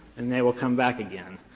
and they will come back again.